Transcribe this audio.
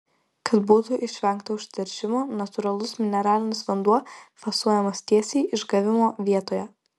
kad būtų išvengta užteršimo natūralus mineralinis vanduo fasuojamas tiesiai išgavimo vietoje